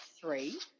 three